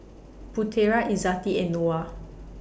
Putera Izzati and Noah